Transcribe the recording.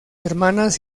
hermanas